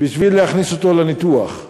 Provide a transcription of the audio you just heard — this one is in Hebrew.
בשביל להכניס אותו לניתוח.